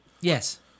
Yes